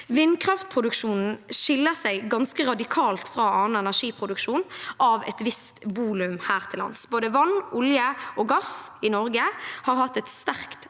Vindkraftproduksjonen skiller seg ganske radikalt fra annen energiproduksjon av et visst volum her til lands. Både vann, olje og gass i Norge har hatt et sterkt